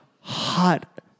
hot